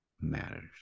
matters